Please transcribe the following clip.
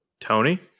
Tony